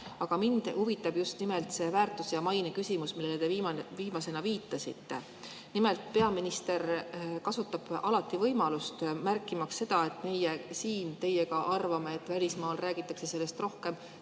Aga mind huvitab just nimelt see väärtus- ja maineküsimus, millele te viimasena viitasite. Nimelt, peaminister kasutab alati võimalust märkimaks seda, et kui meie siin teiega arvame, et välismaal räägitakse sellest rohkem,